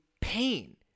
pain